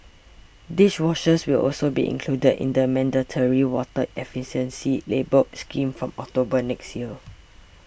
dishwashers will also be included in the mandatory water efficiency labelling scheme from October next year